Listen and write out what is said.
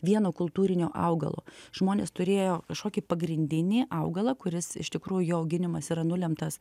vieno kultūrinio augalo žmonės turėjo kažkokį pagrindinį augalą kuris iš tikrųjų jo auginimas yra nulemtas